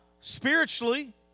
spiritually